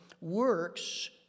works